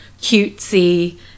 cutesy